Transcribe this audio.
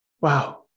Wow